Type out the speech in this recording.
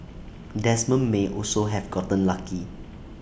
Desmond may also have gotten lucky